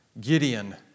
Gideon